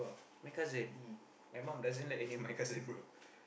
my cousin my mum doesn't like any of my cousin bro